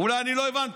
אולי אני לא הבנתי.